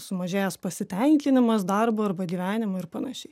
sumažėjęs pasitenkinimas darbu arba gyvenimu ir panašiai